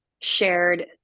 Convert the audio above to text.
shared